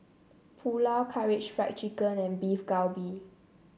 Pulao Karaage Fried Chicken and Beef Galbi